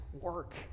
work